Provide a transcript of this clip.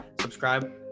subscribe